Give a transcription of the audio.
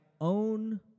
own